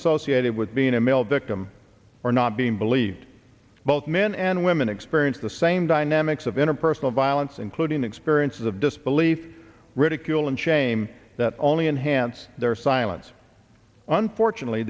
associated with being a male victim or not being believed both men and women experience the same dynamics of interpersonal violence including experience of disbelief ridicule and shame that only enhance their silence unfortunately